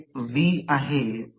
rotor copper loss slip PG slip s